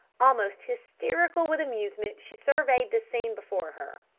almost hysterical with amusement she surveyed the scene before her.